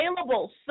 available